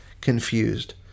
confused